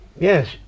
Yes